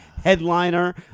Headliner